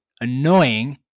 annoying